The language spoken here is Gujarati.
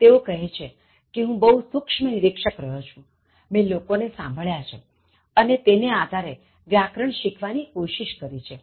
તેઓ કહે છે કે હું બહુ સૂક્ષ્મ નિરિક્ષક રહ્યો છુંમેં લોકોં ને સાંભળ્યા છે અને તેને આધારે વ્યાકરણ શીખવા ની કોશિશ કરી છે